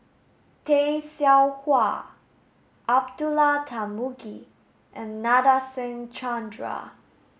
Tay Seow Huah Abdullah Tarmugi and Nadasen Chandra